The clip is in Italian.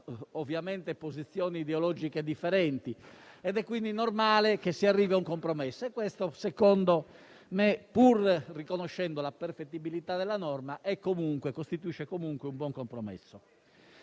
ovviamente posizioni ideologiche differenti. È quindi normale che si arrivi a un compromesso e questo, secondo me, pur riconoscendo la perfettibilità della norma, costituisce comunque un buon compromesso.